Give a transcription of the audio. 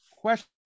question